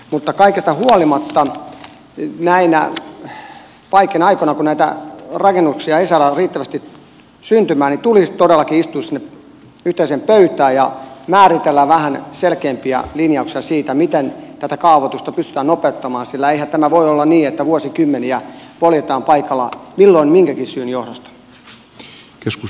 mutta kaikesta huolimatta näinä vaikeina aikoina kun näitä rakennuksia ei saada riittävästi syntymään tulisi todellakin istua sinne yhteiseen pöytään ja määritellä vähän selkeämpiä linjauksia siitä miten tätä kaavoitusta pystytään nopeuttamaan sillä eihän tämä voi olla niin että vuosikymmeniä poljetaan paikallaan milloin minkäkin syyn johdosta